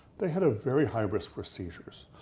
they had a very high risk for seizures.